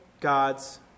God's